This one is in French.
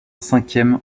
cinquième